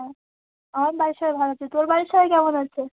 ও আমার বাড়ির সবাই ভালো আছে তোর বাড়ির সবাই কেমন আছে